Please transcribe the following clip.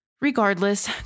Regardless